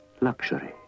Luxury